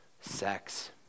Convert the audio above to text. sex